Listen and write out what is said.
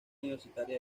universitaria